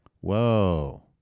Whoa